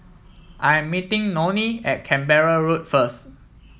I am meeting Nonie at Canberra Road first